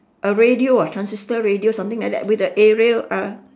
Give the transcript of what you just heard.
a radio ah transistor radio something like that with the arial a